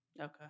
Okay